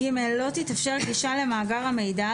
לא תתאפשר כניסה למאגר המידע,